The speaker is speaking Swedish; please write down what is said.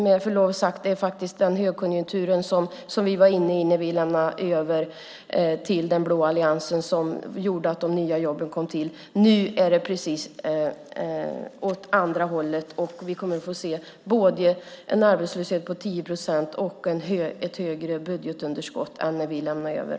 Med förlov sagt var det faktiskt den högkonjunktur som vi var inne i när vi lämnade över till den blå alliansen som gjorde att de nya jobben kom till. Nu är det precis åt andra hållet, och vi kommer att få se både en arbetslöshet på 10 procent och ett större budgetunderskott än när vi lämnade över.